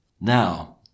Now